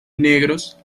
negros